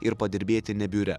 ir padirbėti ne biure